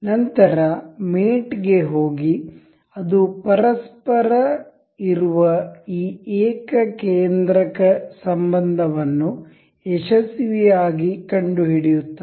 ನಂತರ ಮೇಟ್ ಗೆ ಹೋಗಿ ಅದು ಪರಸ್ಪರ ಇರುವ ಈ ಏಕಕೇಂದ್ರಕ ಸಂಬಂಧವನ್ನು ಯಶಸ್ವಿಯಾಗಿ ಕಂಡುಹಿಡಿಯುತ್ತದೆ